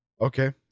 Okay